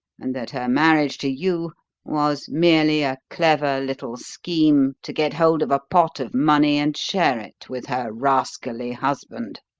and that her marriage to you was merely a clever little scheme to get hold of a pot of money and share it with her rascally husband.